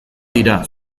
dira